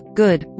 good